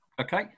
Okay